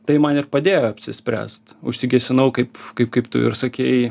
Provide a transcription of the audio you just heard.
tai man ir padėjo apsispręst užsigesinau kaip kaip kaip tu ir sakei